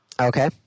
Okay